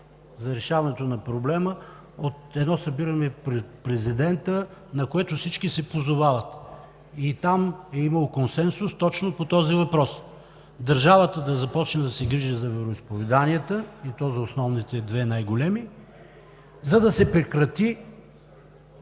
за решаването на проблема, от едно събиране при президента, на което всички се позовават. Там е имало консенсус точно по този въпрос – държавата да започне да се грижи за вероизповеданията и то за основните две най-големи, за да се прекрати